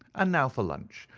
and now for lunch,